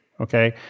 Okay